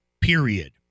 period